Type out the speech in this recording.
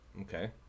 Okay